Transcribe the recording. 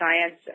Science